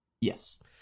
Yes